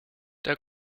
der